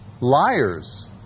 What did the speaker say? Liars